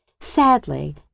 Sadly